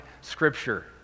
scripture